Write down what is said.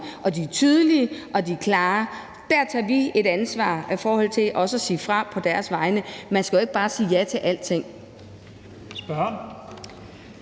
og de er tydelige, og de er klare. Der tager vi et ansvar i forhold til også at sige fra på deres vegne. Man skal jo ikke bare sige ja til alting.